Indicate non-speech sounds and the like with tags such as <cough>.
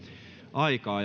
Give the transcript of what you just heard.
aikaa <unintelligible>